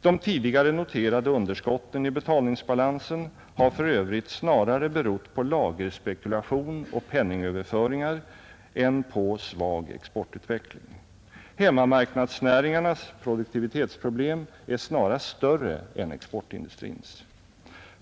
De tidigare noterade underskotten i betalningsbalansen har för övrigt snarare berott på lagerspekulation och penningöverföringar än på svag exportutveckling. Hemmamarknadsnäringarnas produktivitetsproblem är snarast större än exportindustrins.